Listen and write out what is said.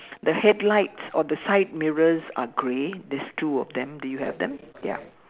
the headlights or the side mirrors are grey there's two of them do you have them ya